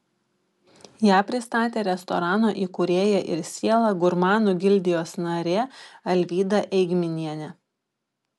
ją pristatė restorano įkūrėja ir siela gurmanų gildijos narė alvyda eigminienė